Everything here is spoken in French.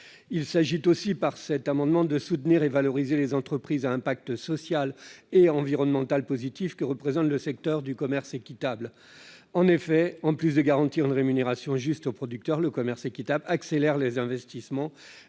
Il s'agit aussi par cet amendement de soutenir et de valoriser les entreprises à impact social et environnemental positif que représente le secteur du commerce équitable. En effet, en plus de garantir une rémunération juste aux producteurs, le commerce équitable accélère les investissements